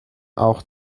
auch